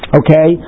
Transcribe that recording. okay